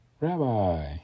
Rabbi